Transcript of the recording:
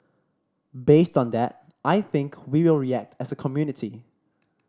based on that I think we will react as a community